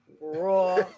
Raw